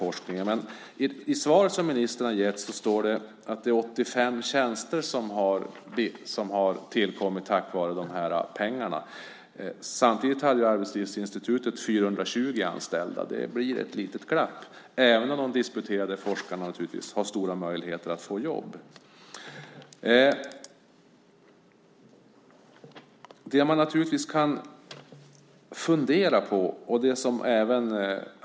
Ministern sade i sitt svar att 85 tjänster har tillkommit tack vare dessa pengar. Samtidigt hade Arbetslivsinstitutet 420 anställda. Det blir ett litet glapp, även om disputerade forskare naturligtvis har stora möjligheter att få jobb. Man kan naturligtvis fundera på vad forskarna kommer att göra nu.